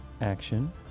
action